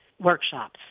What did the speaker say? workshops